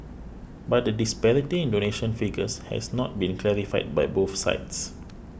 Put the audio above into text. but the disparity in donation figures has not been clarified by both sides